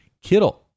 Kittle